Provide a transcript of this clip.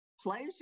pleasure